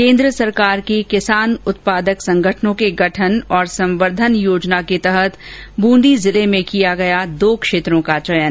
केन्द्र सरकार की किसान उत्पादक संगठनों का गठन और संवर्द्वन योजना के तहत बूंदी जिले में किया गया दो क्षेत्रों का चयन